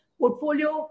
portfolio